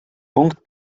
пункт